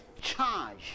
charge